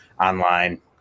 online